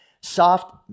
Soft